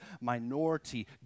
minority